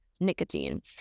nicotine